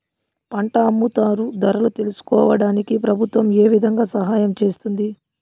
పంట అమ్ముతారు ధరలు తెలుసుకోవడానికి ప్రభుత్వం ఏ విధంగా సహాయం చేస్తుంది?